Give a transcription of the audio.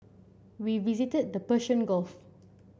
we visited the Persian Gulf